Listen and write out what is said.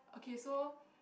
okay so